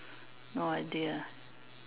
no idea ah